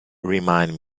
remind